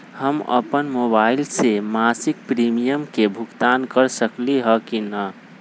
हम अपन मोबाइल से मासिक प्रीमियम के भुगतान कर सकली ह की न?